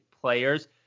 players